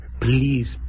Please